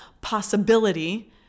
possibility